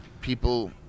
people